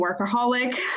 workaholic